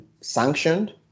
sanctioned